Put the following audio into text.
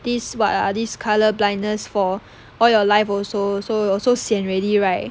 this what ah this colour blindness for all your life also so you so sian already right